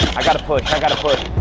i got to push. i got to push.